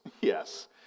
Yes